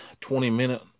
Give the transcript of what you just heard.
20-minute